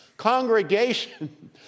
congregation